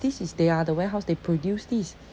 this is they are the warehouse they produce this